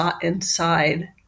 Inside